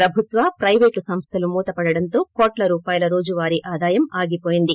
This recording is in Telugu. ప్రభుత్వ ప్రయివేటు సంస్వలు మూతపడ్డంతో కోట్ల రూపాయల రోజువారీ ఆదాయం ఆగిపోయింది